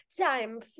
time